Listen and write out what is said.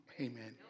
Amen